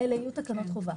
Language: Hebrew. אלה יהיו תקנות חובה.